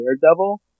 Daredevil